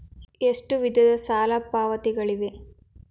ಎಷ್ಟು ವಿಧದ ಸಾಲ ಪಾವತಿಗಳಿವೆ?